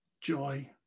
Joy